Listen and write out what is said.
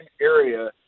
area